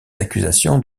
accusations